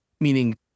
meaning